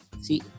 See